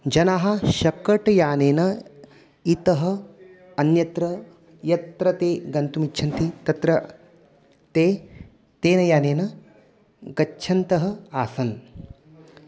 जनाः शकटयानेन इतः अन्यत्र यत्र ते गन्तुम् इच्छन्ति तत्र ते तेन यानेन गच्छन्तः आसन्